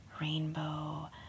rainbow